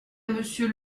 monsieur